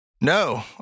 no